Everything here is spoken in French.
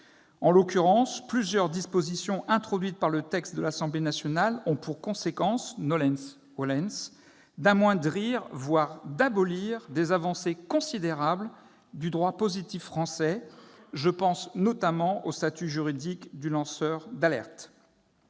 En l'occurrence, plusieurs dispositions introduites par le texte de l'Assemblée nationale ont pour conséquence, d'amoindrir, voire d'abolir des avancées considérables du droit positif français ; je pense notamment au statut juridique du lanceur d'alerte.